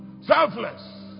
selfless